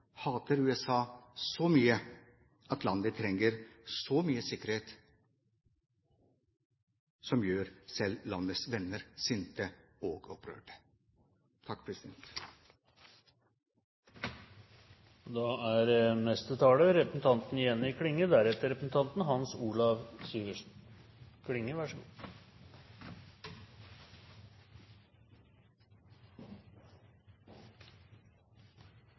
hater USA så mye at landet trenger så mye sikkerhet – som gjør selv landets venner sinte og opprørte.